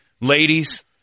ladies